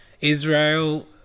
Israel